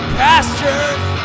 pastures